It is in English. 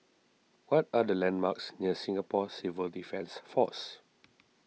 what are the landmarks near Singapore Civil Defence force